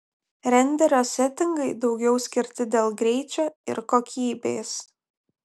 renderio setingai daugiau skirti dėl greičio ir kokybės